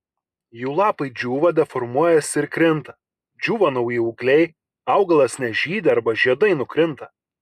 jų lapai džiūva deformuojasi ir krinta džiūva nauji ūgliai augalas nežydi arba žiedai nukrinta